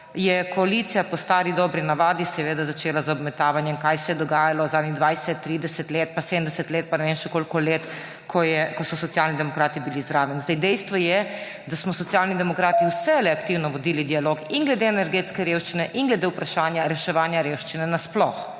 koalicija po stari dobri navadi seveda začela z obmetavanjem, kaj se je dogajalo zadnjih 20, 30 let in 70 let in ne vem še koliko let, ko so Socialni demokrati bili zraven. Zdaj, dejstvo je, da smo Socialni demokrati vselej aktivno vodili dialog in glede energetske revščine in glede vprašanja reševanja revščine sploh.